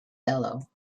bellow